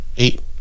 Eight